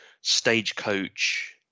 Stagecoach